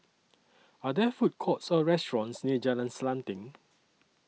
Are There Food Courts Or restaurants near Jalan Selanting